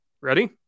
Ready